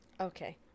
Okay